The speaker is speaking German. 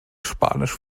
spanisch